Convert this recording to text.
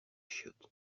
chiottes